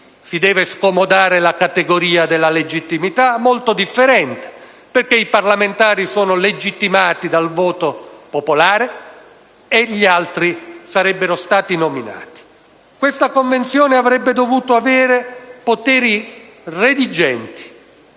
si deve scomodare la categoria della legittimità - molto differente. Infatti, i parlamentari sono legittimati dal voto popolare, mentre gli altri sarebbero stati nominati. Questa convenzione avrebbe dovuto avere poteri redigenti